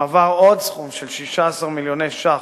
מועבר עוד סכום, של 16 מיליוני שקלים,